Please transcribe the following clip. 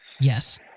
Yes